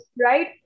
right